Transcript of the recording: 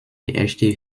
echte